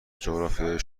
جغرافیای